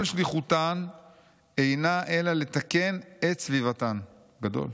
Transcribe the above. שליחותן אינה אלא לתקן את סביבתן'" גדול.